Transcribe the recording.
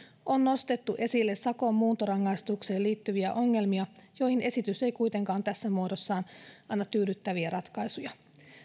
on nostettu esille sakon muuntorangaistukseen liittyviä ongelmia joihin esitys ei kuitenkaan tässä muodossaan anna tyydyttäviä ratkaisuja